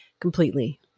completely